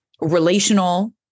relational